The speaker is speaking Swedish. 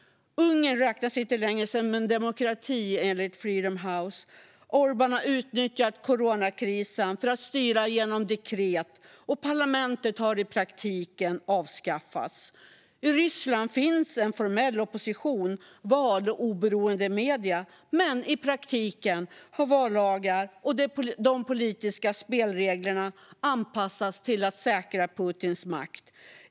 Ungern räknas inte längre som en demokrati, enligt Freedom House. Orbán har utnyttjat coronakrisen för att styra genom dekret, och parlamentet har i praktiken avskaffats. I Ryssland finns en formell oppposition, val och oberoende medier, men i praktiken har vallagar och de politiska spelreglerna anpassats för att säkra Putins makt.